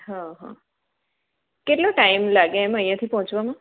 હં હં કેટલો ટાઈમ લાગે એમ અહીંયાથી પહોંચવામાં